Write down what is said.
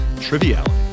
Triviality